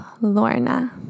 Lorna